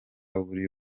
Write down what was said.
buri